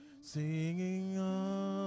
singing